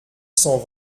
cent